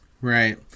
Right